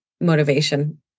motivation